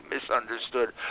misunderstood